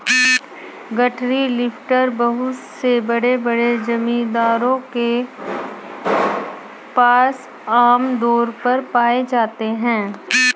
गठरी लिफ्टर बहुत से बड़े बड़े जमींदारों के पास आम तौर पर पाए जाते है